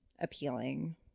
appealing